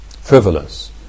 frivolous